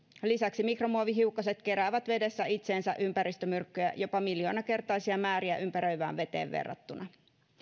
lisäksi mikromuovihiukkaset keräävät vedessä itseensä ympäristömyrkkyjä jopa miljoonakertaisia määriä ympäröivään veteen verrattuna